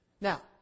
Now